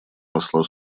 посла